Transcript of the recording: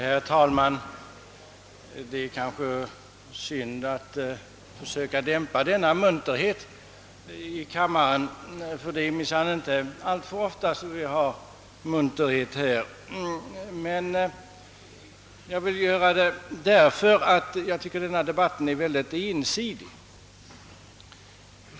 Herr talman! Det är kanske synd att försöka dämpa denna munterhet; det är minsann inte alltför ofta som det förekommer munterhet i kammaren. Jag har emellertid begärt ordet därför att jag tycker att denna debatt är väldigt ensidig.